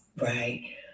right